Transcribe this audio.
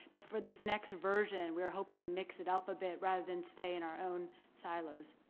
but for this next version we're hoping to mix it up a bit rather than stay in our own silos.